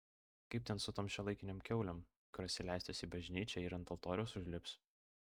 kaip ten su tom šiuolaikinėm kiaulėm kurios įleistos į bažnyčią ir ant altoriaus užlips